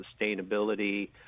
sustainability